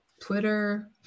Twitter